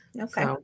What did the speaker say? Okay